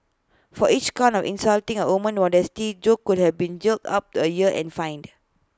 for each count of insulting A woman's modesty Jo could have been jailed up to A year and fined